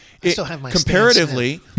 comparatively